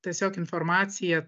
tiesiog informacija